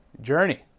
journey